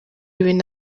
ibintu